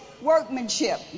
workmanship